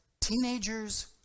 teenagers